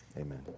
Amen